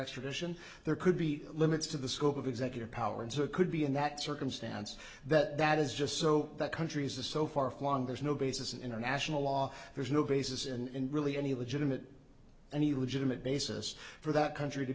extradition there could be limits to the scope of executive power and so it could be in that circumstance that that is just so that countries are so far flung there's no basis in international law there's no basis in really any legitimate any legitimate basis for that country to